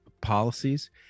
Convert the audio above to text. policies